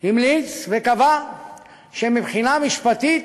המליץ וקבע שמבחינה משפטית